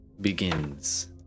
begins